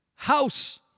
House